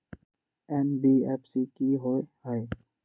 NBFC कि होअ हई?